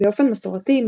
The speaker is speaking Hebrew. באופן מסורתי,